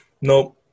nope